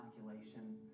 inoculation